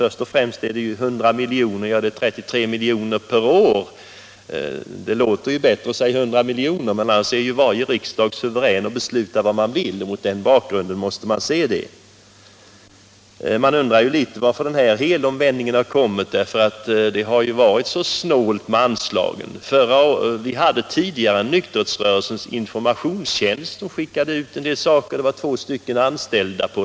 Först och främst är det inte fråga om 100 miljoner utan om 33 miljoner per år. Det låter naturligtvis bättre att säga 100 miljoner, men varje riksdag är ju suverän att besluta vad den vill, och det är mot den bakgrunden vi måste se förslaget. Man undrar varför den här helomvändningen har kommit. Förut har det ju varit så snålt med anslagen. Vi hade tidigare något som hette Nykterhetsrörelsens informationstjänst, som skickade ut en del saker och som hade två anställda.